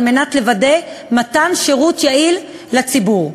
על מנת לוודא מתן שירות יעיל לציבור.